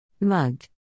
Mugged